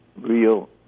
real